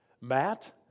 Matt